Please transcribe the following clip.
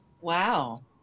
Wow